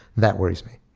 that worries me.